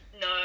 no